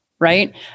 right